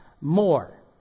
more